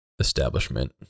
Establishment